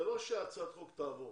זה לא שהצעת החוק תעבור